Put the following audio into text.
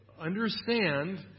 understand